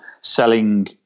selling